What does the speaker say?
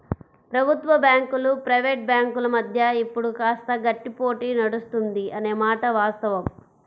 ప్రభుత్వ బ్యాంకులు ప్రైవేట్ బ్యాంకుల మధ్య ఇప్పుడు కాస్త గట్టి పోటీ నడుస్తుంది అనే మాట వాస్తవం